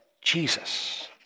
Jesus